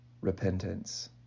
repentance